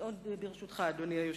עוד ברשותך, אדוני היושב-ראש,